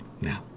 now